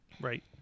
Right